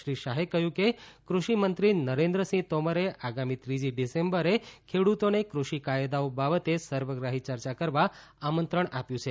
શ્રી શાહે કહ્યું કે કૃષિમંત્રી નરેન્દ્રસિંહ તોમરે આગામી ત્રીજી ડિસેમ્બરે ખેડૂતોને કૃષિ કાયદાઓ બાબતે સર્વગ્રાહી ચર્ચા કરવા આમંત્રણ આપ્યું છે